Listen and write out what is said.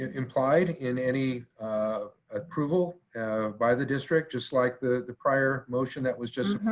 implied in any um approval by the district. just like the the prior motion that was just